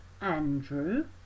Andrew